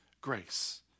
grace